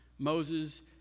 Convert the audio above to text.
Moses